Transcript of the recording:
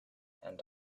and